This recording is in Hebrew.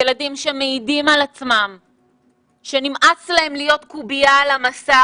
ילדים שמעידים על עצמם שנמאס להם להיות קובייה על המסך,